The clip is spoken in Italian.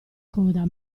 coda